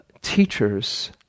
teachers